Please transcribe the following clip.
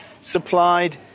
supplied